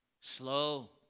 Slow